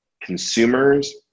consumers